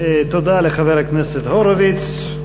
תודה לחבר הכנסת הורוביץ.